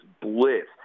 blitz